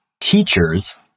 teachers